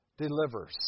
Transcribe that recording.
delivers